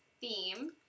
theme